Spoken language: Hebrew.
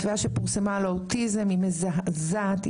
ההתוויה שפורסמה לאוטיזם, מזעזעת.